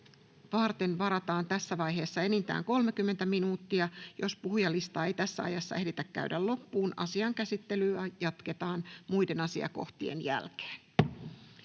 varten varataan tässä vaiheessa enintään 30 minuuttia. Jos puhujalistaa ei tässä ajassa ehditä käydä loppuun, asian käsittelyä jatketaan muiden asiakohtien jälkeen.